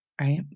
right